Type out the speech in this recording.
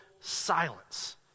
silence